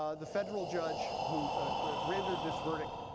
ah the federal judge who rendered this verdict,